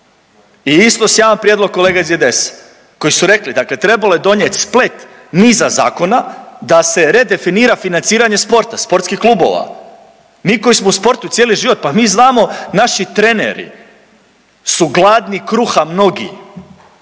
jedan prijedlog kolega iz IDS-a koji su rekli dakle trebalo je donijeti splet niza zakona da se redefinira financiranje sporta, sportskih klubova. Mi koji smo u sportu cijeli život pa mi znamo naši treneri su gladni kruha mnogi